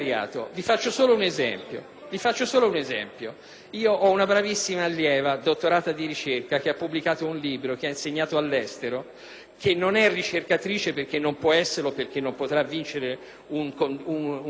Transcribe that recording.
Vi faccio solo un esempio: io ho una bravissima allieva, dottore di ricerca, che ha pubblicato un libro, che ha insegnato all'estero, che non è ricercatrice perché non può esserlo, perché non potrà vincere un concorso,